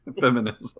feminism